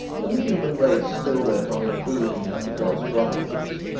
and the human race still went on improving under god's providence.